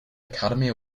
academy